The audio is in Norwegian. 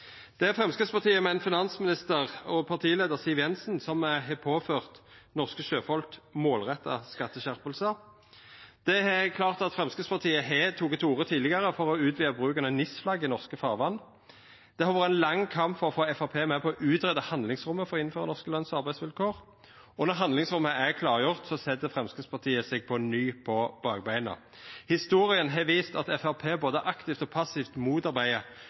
Det er Framstegspartiet med finansmininister og partileiar Siv Jensen som har påført norske sjøfolk målretta skatteskjerpingar. Det er heilt klart at Framstegspartiet tidlegare har teke til orde for å utvida bruken av NIS-flagg i norske farvatn. Det har vore ein lang kamp for å få Framstegspartiet med på å utgreia handlingsrommet for å innføra norske løns- og arbeidsvilkår. Og når handlingsrommet er klargjort, set Framstegspartiet seg på ny på bakbeina. Historia har vist at Framstegspartiet både aktivt og passivt